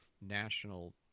national